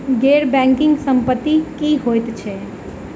गैर बैंकिंग संपति की होइत छैक?